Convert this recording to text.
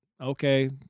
Okay